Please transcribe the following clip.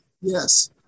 Yes